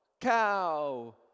cow